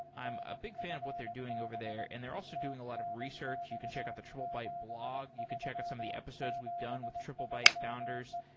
i'm a big fan of what they're doing over there and they're also doing a lot of research. you can check out the triplebyte blog. you can check out some of the episodes we've done with triplebyte founders.